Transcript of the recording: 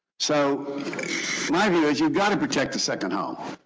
so my view is you've got to protect the second home.